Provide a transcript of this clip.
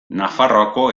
nafarroako